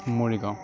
Morigaon